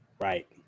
right